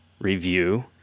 review